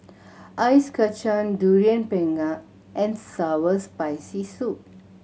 Ice Kachang Durian Pengat and sour and Spicy Soup